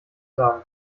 sagen